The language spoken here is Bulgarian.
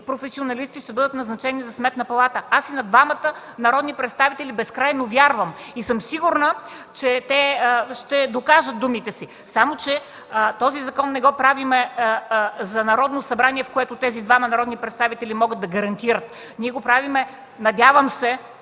професионалисти ще бъдат назначени за Сметната палата. Аз и на двамата народни представители безкрайно вярвам и съм сигурна, че те ще докажат думите си, само че този закон не го правим за Народно събрание, в което тези двама народни представители могат да гарантират. Правим го, надявам се,